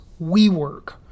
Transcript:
WeWork